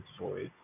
voice